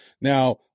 Now